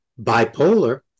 bipolar